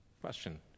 question